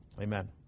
Amen